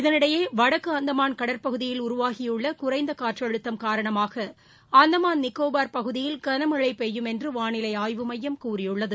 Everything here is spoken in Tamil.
இதனிடையே வடக்கு அந்தமான் கடற்பகுதியில் உருவாகியுள்ள குறைந்த காற்றழுத்தம் காரணமாக அந்தமான் நிக்கோபர் பகுதியில் கனமழை பெய்யும் என்று வானிலை ஆய்வு எமயம் கூறியுள்ளது